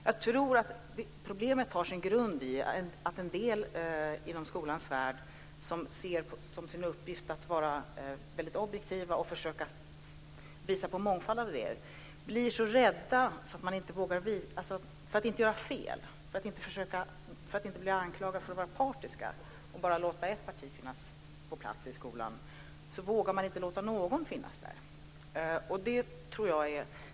Jag tror att problemet har sin grund i att en del inom skolans värld ser som sin uppgift att vara objektiva och försöka visa på en mångfald idéer, och för att inte bli anklagade för att vara partiska och låta bara ett parti vara på plats i skolan vågar man inte låta någon finnas där.